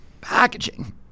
packaging